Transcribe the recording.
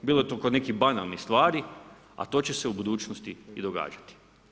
Bilo je to kod nekih banalnih stvari, a to će se u budućnosti i događati.